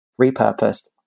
repurposed